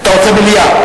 אתה רוצה מליאה.